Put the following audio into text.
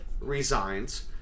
resigns